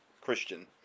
christian